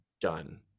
done